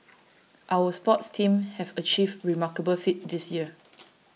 our sports teams have achieved remarkable feats this year